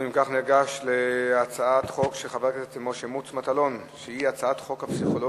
אני קובע שהצעת חוק זו עברה בקריאה ראשונה ותעבור לוועדת החוקה,